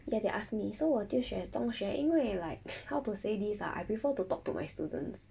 ya they ask me so 我就选中学因为 like how to say this ah I prefer to talk to my students